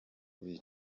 bicanyi